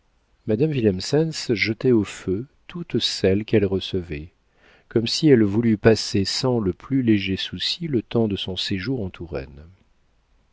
willemsens jetait au feu toutes celles qu'elle recevait comme si elle eût voulu passer sans le plus léger souci le temps de son séjour en